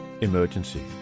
emergency